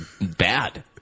Bad